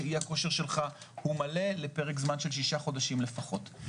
שאי הכושר שלך מלא לפרק זמן של שישה חודשים לפחות.